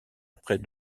après